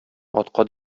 атка